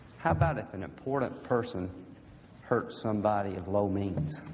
how about if an important person hurt somebody of low means.